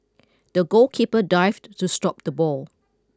the goalkeeper dived to stop the ball